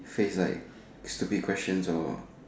face like stupid questions or